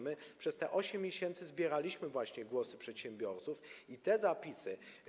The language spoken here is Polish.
My przez te 8 miesięcy zbieraliśmy właśnie głosy przedsiębiorców i te zapisy.